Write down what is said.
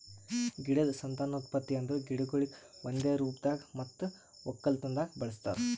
ಗಿಡದ್ ಸಂತಾನೋತ್ಪತ್ತಿ ಅಂದುರ್ ಗಿಡಗೊಳಿಗ್ ಒಂದೆ ರೂಪದಾಗ್ ಮತ್ತ ಒಕ್ಕಲತನದಾಗ್ ಬಳಸ್ತಾರ್